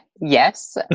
Yes